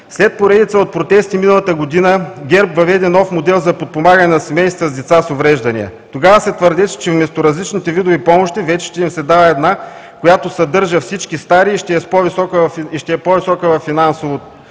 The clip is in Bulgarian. След поредица протести миналата година ГЕРБ въведе нов модел за подпомагане на семействата с деца с увреждания. Тогава се твърдеше, че вместо различните видове помощи, вече ще им се дава една, която съдържа всички стари и ще е по-висока във финансово